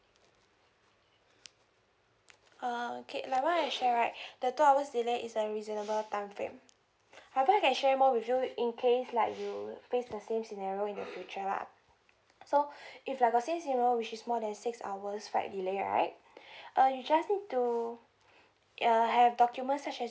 uh okay like what I shared right the two hours delay is a reasonable time frame however I can share more with you in case like you face the same scenario in the future lah so if like got same scenario which is more than six hours flight delay right uh you just need to uh have documents such as